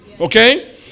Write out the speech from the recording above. okay